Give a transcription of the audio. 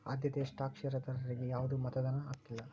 ಆದ್ಯತೆಯ ಸ್ಟಾಕ್ ಷೇರದಾರರಿಗಿ ಯಾವ್ದು ಮತದಾನದ ಹಕ್ಕಿಲ್ಲ